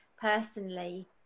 personally